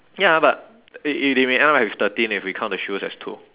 ya but it it it may end up with thirteen if we count the shoes as two